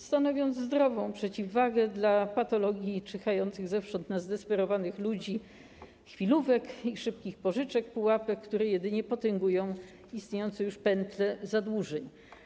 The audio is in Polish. Stanowią one zdrową przeciwwagę dla patologii czyhających zewsząd na zdesperowanych ludzi, chwilówek i szybkich pożyczek, pułapek, które jedynie potęgują istniejące już pętle zadłużeń.